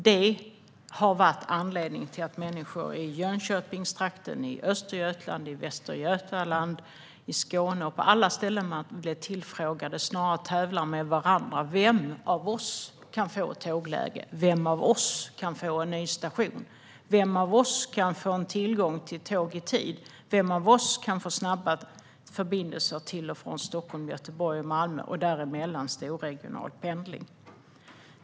Det är anledningen till att människor i Jönköpingstrakten, i Östergötland, i Västra Götaland, i Skåne och på alla ställen där de har blivit tillfrågade snarare tävlar med varandra: Vem av oss kan få tågläge? Vem av oss kan få en ny station? Vem av oss kan få tillgång till tåg i tid? Vem av oss kan få snabba förbindelser till och från Stockholm, Göteborg och Malmö och däremellan storregional pendling?